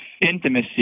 intimacy